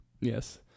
Yes